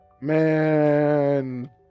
Man